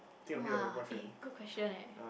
!wah! eh good question eh